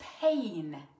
pain